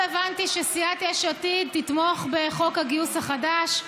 הבנתי שסיעת יש עתיד תתמוך בחוק הגיוס החדש,